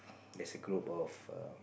there's a group of err